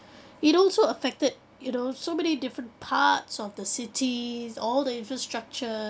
it also affected you know so many different parts of the cities all the infrastructure